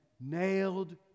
nailed